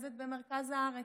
מרוכזת במרכז הארץ.